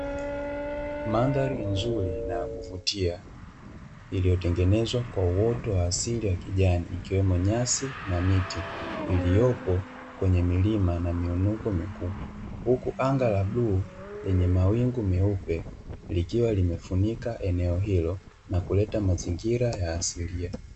Mandhari nzuri na ya kuvutia, iliyotengenezwa kwa uoto wa asili wa kijani, ikiwemo; nyasi na miti iliyopo kwenye milima na miinuko mikubwa, huku anga la bluu lenye mawingu meupe likiwa limefunika eneo hilo na kuleta mazingira ya asilia.